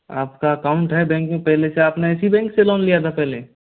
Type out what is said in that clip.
आपका अकाउंट है बैंक में पहले से आपने इसी बैंक से लोन लिया था पहले